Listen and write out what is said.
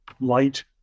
light